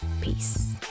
Peace